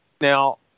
Now